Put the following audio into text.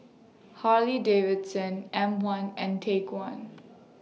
Harley Davidson M one and Take one